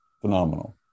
Phenomenal